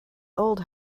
old